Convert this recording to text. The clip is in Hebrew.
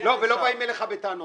באים אליך בטענות,